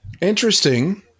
Interesting